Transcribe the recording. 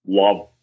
love